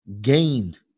gained